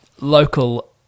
local